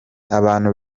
abantu